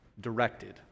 directed